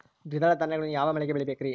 ದ್ವಿದಳ ಧಾನ್ಯಗಳನ್ನು ಯಾವ ಮಳೆಗೆ ಬೆಳಿಬೇಕ್ರಿ?